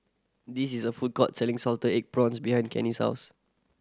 this is a food court selling salted egg prawns behind Cannie's house